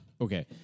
Okay